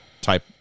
type